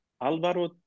Alvaro